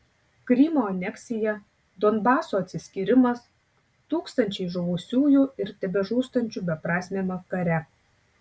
krymo aneksija donbaso atsiskyrimas tūkstančiai žuvusiųjų ir tebežūstančių beprasmiame kare